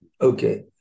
Okay